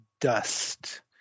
dust